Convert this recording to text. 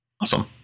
awesome